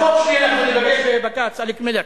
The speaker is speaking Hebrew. בחוק שלך ניפגש בבג"ץ, אלכס מילר.